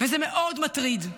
וזה מאוד מטריד.